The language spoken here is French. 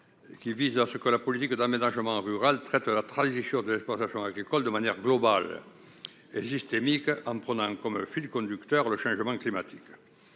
vise à ce que la politique d'aménagement rural traite la transition des exploitations agricoles de manière globale et systémique, en prenant comme fil conducteur le changement climatique.